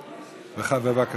בבקשה.